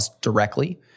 directly